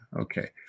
okay